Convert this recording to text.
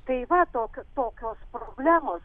tai va tokio tokios problemos